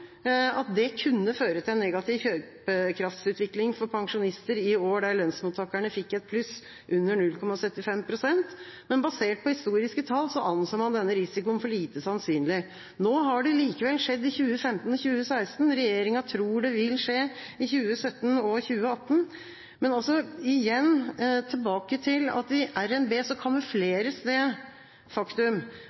at det kunne føre til en negativ kjøpekraftsutvikling for pensjonister i år der lønnsmottakerne fikk et pluss på under 0,75 pst., men basert på historiske tall anså man denne risikoen for lite sannsynlig. Nå har det likevel skjedd, i 2015 og i 2016, regjeringa tror det vil skje i 2017 og i 2018. Men igjen tilbake til at i RNB